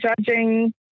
judging